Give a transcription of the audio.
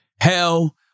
hell